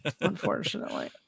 unfortunately